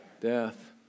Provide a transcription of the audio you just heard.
death